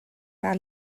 par